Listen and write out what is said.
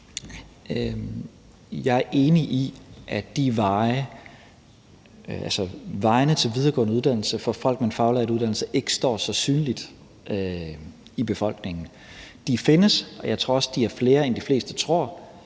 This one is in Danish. Jeg er enig i, at vejene til videregående uddannelse for folk med en faglært uddannelse ikke er så synlige i befolkningen. De findes, og jeg tror også, der er flere, end de fleste tror,